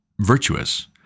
virtuous